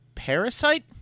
parasite